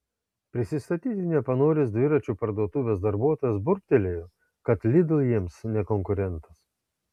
prisistatyti nepanoręs dviračių parduotuvės darbuotojas burbtelėjo kad lidl jiems ne konkurentas